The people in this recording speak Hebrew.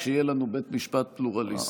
כשיהיה לנו בית משפט פלורליסטי,